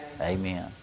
Amen